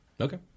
Okay